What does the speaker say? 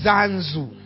Zanzu